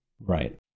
Right